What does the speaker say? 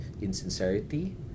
insincerity